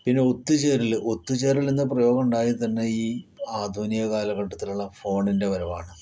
പിന്നെ ഒത്തുചേരല് ഒത്തുചേരല് എന്ന പ്രയോഗം ഉണ്ടായത് തന്നെ ഈ ആധുനിക കാലഘട്ടത്തിലുള്ള ഫോണിന്റെ വരവാണ്